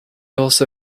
also